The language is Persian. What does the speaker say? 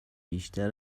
بیشتر